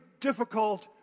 difficult